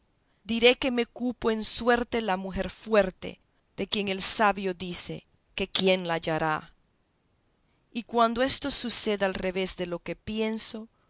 diré que me cupo en suerte la mujer fuerte de quien el sabio dice que quién la hallará y cuando esto suceda al revés de lo que pienso